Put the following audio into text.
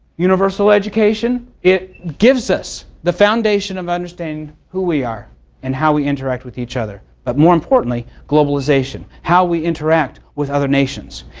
universal education, it gives us the foundation of understanding of who we are and how we interact with each other. but more importantly, globalization. how we interact with other nations.